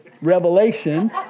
revelation